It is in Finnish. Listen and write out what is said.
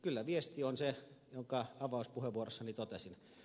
kyllä viesti on se jonka avauspuheenvuorossani totesin